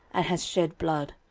and hast shed blood.